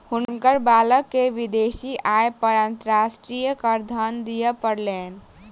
हुनकर बालक के विदेशी आय पर अंतर्राष्ट्रीय करधन दिअ पड़लैन